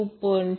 5